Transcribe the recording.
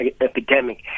epidemic